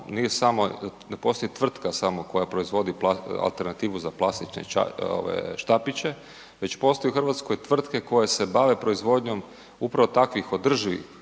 nije samo, ne postoji tvrtka samo koja proizvodi alternativu za plastične štapiće već postoji u Hrvatskoj tvrtke koje se bave proizvodnjom upravo takvih održivih